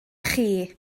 chi